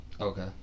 okay